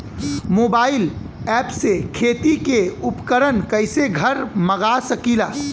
Mobile ऐपसे खेती के उपकरण कइसे घर मगा सकीला?